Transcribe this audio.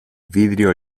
vidrio